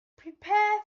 prepare